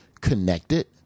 connected